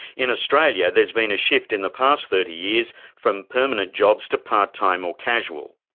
in australia there's been a shift in the past thirty years from permanent jobs to part-time or casual.